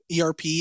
ERP